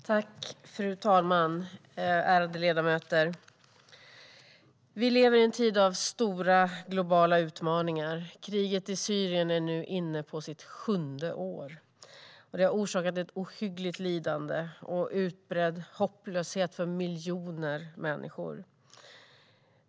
Fru ålderspresident, ärade ledamöter! Vi lever i en tid av stora globala utmaningar. Kriget i Syrien är nu inne på sitt sjunde år. Det har orsakat ett ohyggligt lidande och utbredd hopplöshet för miljoner människor.